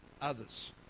others